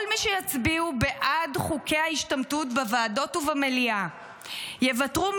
כל מי שיצביעו בעד חוקי ההשתמטות בוועדות ובמליאה יוותרו,